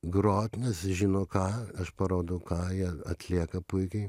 grot nes žino ką aš parodau ką jie atlieka puikiai